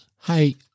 hey